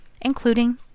including